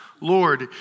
Lord